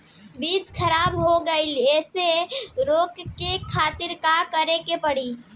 बीज खराब होए से रोके खातिर का करे के पड़ी?